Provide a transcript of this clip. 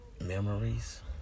Memories